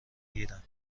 گیرم